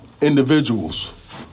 individuals